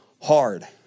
hard